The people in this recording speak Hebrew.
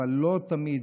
אבל לא תמיד,